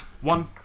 One